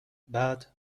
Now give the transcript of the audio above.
بعد